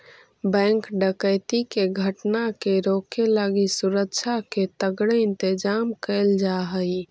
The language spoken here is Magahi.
बैंक डकैती के घटना के रोके लगी सुरक्षा के तगड़े इंतजाम कैल जा हइ